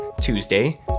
Tuesday